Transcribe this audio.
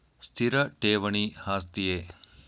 ಸ್ಥಿರ ಠೇವಣಿ ಆಸ್ತಿಯೇ?